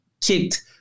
kicked